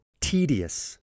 tedious